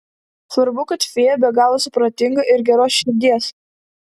svarbu kad fėja be galo supratinga ir geros širdies